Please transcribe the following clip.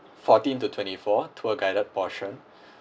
fourteen to twenty fourth tour guided portion